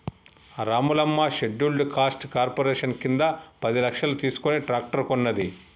Ramulamma scheduled caste corporation కింద పది లక్షలు తీసుకుని ట్రాక్టర్ కొన్నది